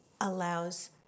allows